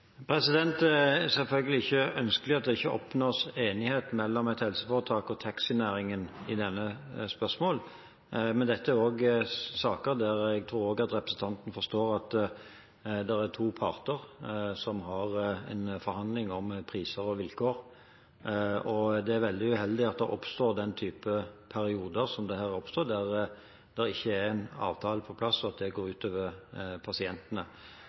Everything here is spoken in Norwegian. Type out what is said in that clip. selvfølgelig ikke ønskelig at det ikke oppnås enighet mellom et helseforetak og taxinæringen i slike spørsmål, men dette er også saker der jeg tror representanten forstår at det er to parter som har forhandlinger om priser og vilkår. Det er veldig uheldig at det oppstår den typen perioder som her er oppstått, der det ikke er en avtale på plass, noe som går ut over pasientene.